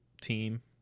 team